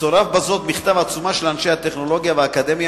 מצורפת בזה עצומה של אנשי הטכנולוגיה והאקדמיה